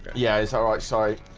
yeah, it's alright. sorry,